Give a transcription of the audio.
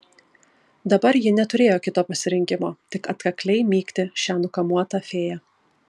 dabar ji neturėjo kito pasirinkimo tik atkakliai mygti šią nukamuotą fėją